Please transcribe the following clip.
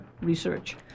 research